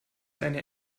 eine